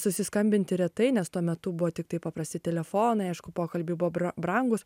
susiskambinti retai nes tuo metu buo tiktai paprasti telefonai aišku pokalbiai buvo bra brangūs